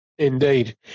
Indeed